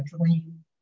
dream